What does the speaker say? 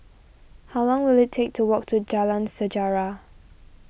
how long will it take to walk to Jalan Sejarah